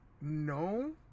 No